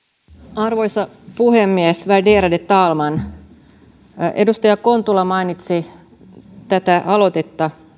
arvoisa puhemies värderade talman edustaja kontula mainitsi tämän aloitteen